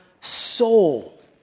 soul